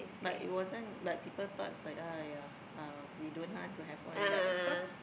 but it wasn't but people thought it's like !aiyah! we don't want to have one but of course